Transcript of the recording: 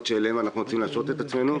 שאליהן אנחנו רוצים להשוות את עצמנו.